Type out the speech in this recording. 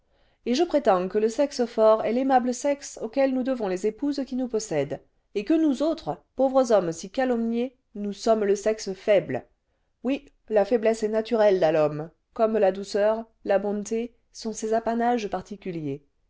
et je prétends que le sexe fort est l'aimable sexe auquel nous ce devons les épouses qui nous possèdent et que nous autres pauvres hommes si calomniés nous sommes le sexe faible oui la faiblesse est naturelle à l'homme comme la douceur la bonté sont ses